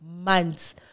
months